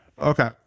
Okay